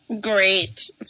Great